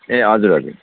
ए हजुर हजुर